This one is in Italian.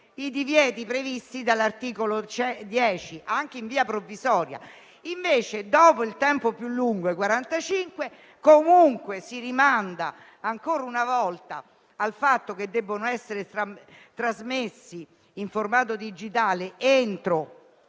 i divieti dall'articolo 10, anche in via provvisoria. Invece, dopo un tempo più lungo, i quarantacinque giorni, si rimanda ancora una volta al fatto che devono essere trasmessi in formato digitale entro